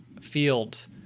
Fields